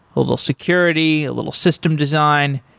a little security, a little system design.